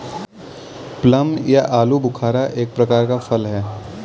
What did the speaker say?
plum या आलूबुखारा एक प्रकार का फल है